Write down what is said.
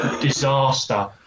disaster